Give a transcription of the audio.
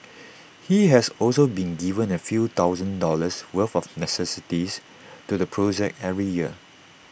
he has also been giving A few thousand dollars worth of necessities to the project every year